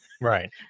Right